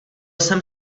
jsem